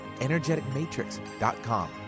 energeticmatrix.com